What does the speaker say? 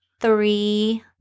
three